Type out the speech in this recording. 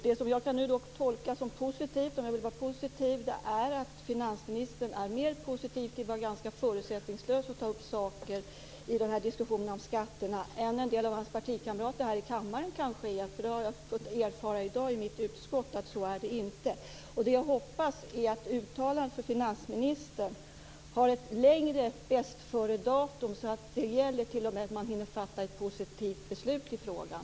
Det som jag nu kan tolka som positivt är att finansministern är mer positiv till att vara ganska förutsättningslös när det gäller att ta upp olika frågor i diskussionerna om skatterna än en del av hans partikamrater kanske är. Det har jag fått erfara i dag i mitt utskott. Jag hoppas att uttalandet från finansministern har ett längre bäst-före-datum så att det gäller tills man hunnit fatta ett positivt beslut i frågan.